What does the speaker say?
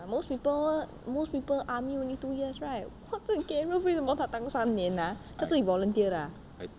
most people most people army only two years right !wah! 这个 gareth 为什么当三年 ah 他自己 volunteer 的 ah